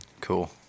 cool